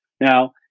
Now